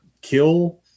kill